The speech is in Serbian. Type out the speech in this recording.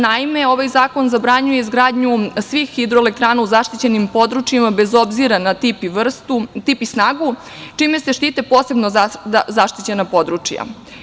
Naime, ovaj zakon zabranjuje izgradnju svih hidroelektrana u zaštićenim područjima, bez obzira na tip i snagu, čime se štite posebno zaštićena područja.